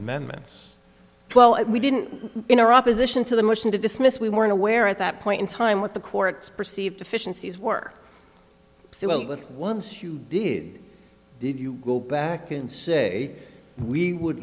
amendments well we didn't interrupt position to the motion to dismiss we weren't aware at that point in time what the court's perceived deficiencies work so well but once you did did you go back and say we would